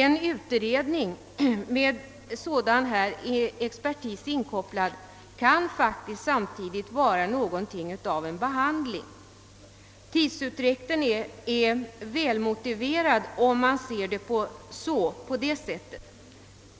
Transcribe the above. En utredning med sådan expertis inkopplad kan faktiskt samtidigt vara någonting av en behandling. Tidsutdräkten är välmotiverad, om man ser saken på det sättet.